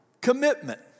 commitment